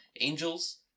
Angels